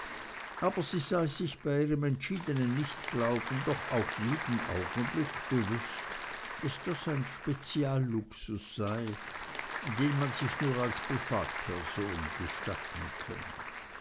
aber sie sei sich in ihrem entschiedenen nichtglauben doch auch jeden augenblick bewußt daß das ein spezialluxus sei den man sich nur als privatperson gestatten könne